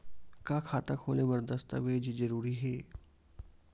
का खाता खोले बर दस्तावेज जरूरी हे?